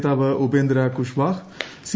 നേതാവ് ഉപേന്ദ്ര കുഷ്വാഹ സി